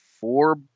four